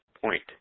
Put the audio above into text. point